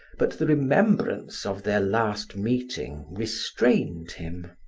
but the remembrance of their last meeting restrained him.